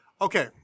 Okay